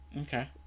Okay